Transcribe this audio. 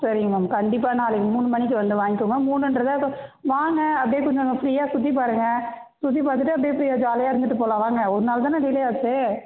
சரிங்க மேம் கண்டிப்பாக நாளைக்கு மூணு மணிக்கு வந்து வாங்கிக்கோங்க மூணுன்றதை இப்போ வாங்க அப்படியே கொஞ்சம் அங்கே ஃப்ரீயாக சுற்றி பாருங்கள் சுற்றி பார்த்துட்டு அப்படியே ஃப்ரீயாக ஜாலியாக இருந்துவிட்டு போகலாம் வாங்க ஒரு நாள் தானே டிலே ஆச்சு